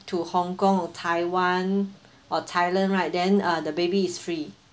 to hong kong or taiwan or thailand right then uh the baby is free